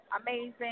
amazing